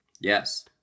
Yes